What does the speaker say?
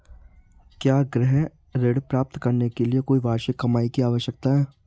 क्या गृह ऋण प्राप्त करने के लिए कोई वार्षिक कमाई की आवश्यकता है?